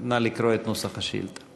נא לקרוא את נוסח השאילתה.